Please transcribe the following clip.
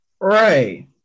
right